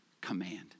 command